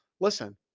Listen